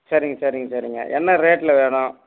சரிங்க சரிங்க சரிங்க என்ன ரேட்டில் வேணும்